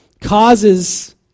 causes